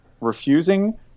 refusing